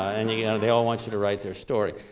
and yeah they all want you to write their story.